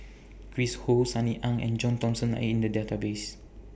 Chris Ho Sunny Ang and John Thomson Are in The Database